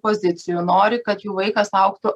pozicijų nori kad jų vaikas augtų